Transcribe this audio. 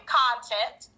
content